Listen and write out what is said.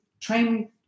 train